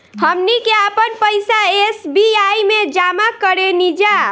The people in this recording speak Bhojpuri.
हमनी के आपन पइसा एस.बी.आई में जामा करेनिजा